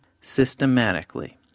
systematically